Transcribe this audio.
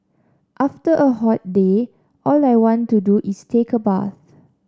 after a hot day all I want to do is take a bath